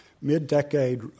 mid-decade